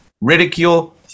ridicule